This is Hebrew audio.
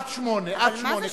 עד 8. 8 זה